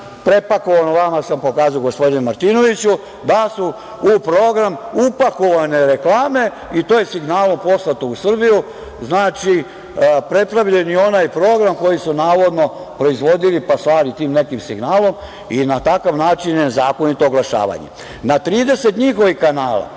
prepakovano, vama sam pokazao gospodine Martinoviću, da su u program upakovane reklame i to je signalom poslato u Srbiju. Znači, prepravljen je onaj program koji su navodno proizvodili pa su slali tim nekim signalom i na takav način nezakonito oglašavali. Na 30 njihovih kanala